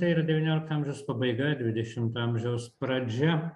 tai yra ir devyniolikto amžiaus pabaiga dvidešimto amžiaus pradžia